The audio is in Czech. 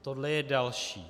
Tohle je další.